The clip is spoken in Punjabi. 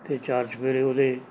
ਅਤੇ ਚਾਰ ਚੁਫੇਰੇ ਉਹਦੇ